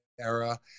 era